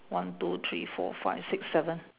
one two three four five six seven